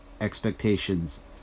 expectations